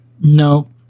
No